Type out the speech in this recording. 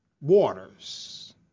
waters